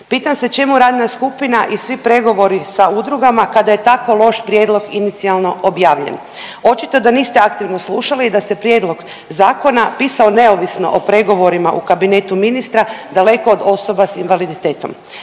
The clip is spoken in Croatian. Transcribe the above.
Pitam se čemu radna skupina i svi pregovori sa udrugama kada je tako loš prijedlog inicijalno objavljen. Očito da niste aktivno slušali i da se prijedlog zakona pisao neovisno o pregovorima u kabinetu ministra daleko od osoba sa invaliditetom.